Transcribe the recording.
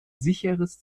sicheres